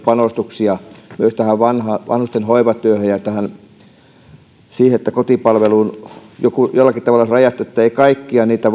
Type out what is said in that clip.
panostuksia myös tähän vanhusten hoivatyöhön ja siihen että kotipalvelu olisi jollakin tavalla rajattu kaikkia niitä